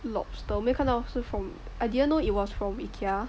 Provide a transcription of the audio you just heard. lobster 我没看到是 from I didn't know it was from Ikea